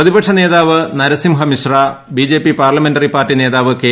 പ്രതിപക്ഷ നേതാവ് Narasimha Mishra BJP parliamentary party നേതാവ് കെ